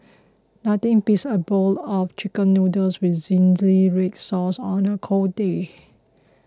nothing beats a bowl of Chicken Noodles with Zingy Red Sauce on a cold day